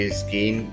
skin